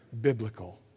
biblical